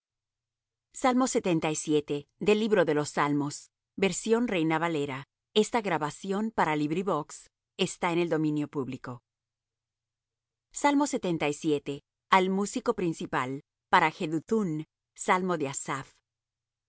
espíritu de los príncipes terrible es á los reyes de la tierra al músico principal para jeduthún salmo de asaph con